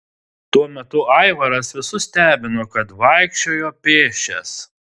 tuo metu aivaras visus stebino kad vaikščiojo pėsčias